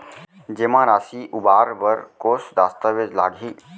जेमा राशि उबार बर कोस दस्तावेज़ लागही?